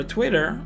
Twitter